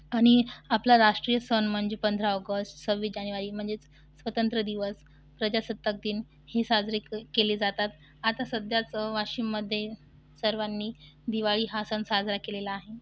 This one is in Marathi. आणि आपला राष्ट्रीय सण म्हणजे पंधरा ऑगस्ट सव्वीस जानेवारी म्हणजेच स्वतंत्र दिवस प्रजासत्ताक दिन हे साजरे क केले जातात आता सध्याच वाशिममध्ये सर्वांनी दिवाळी हा सण साजरा केलेला आहे